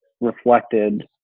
reflected